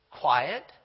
quiet